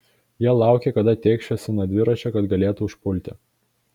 jie laukė kada tėkšiuosi nuo dviračio kad galėtų užpulti